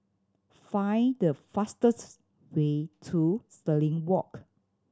find the fastest way to Stirling Walk